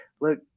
look